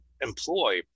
employ